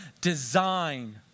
design